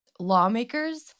Lawmakers